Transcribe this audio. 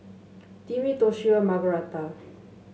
Timmy Toshio Margaretha